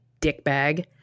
dickbag